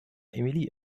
emilie